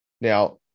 Now